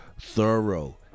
thorough